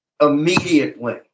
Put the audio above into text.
immediately